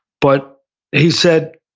but he said,